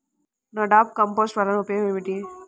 NADEP compost వలన ఉపయోగం ఏమిటి?